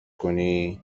کنی